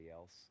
else